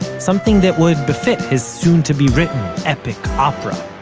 something that would befit his soon-to-be-written epic opera